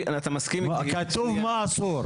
כתוב מה אסור.